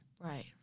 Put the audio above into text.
Right